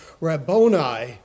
Rabboni